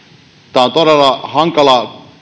tämä on todella hankala